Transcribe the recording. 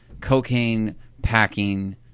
cocaine-packing